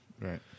Right